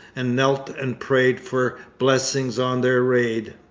and knelt and prayed for blessing on their raid.